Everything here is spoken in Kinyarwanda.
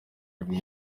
hari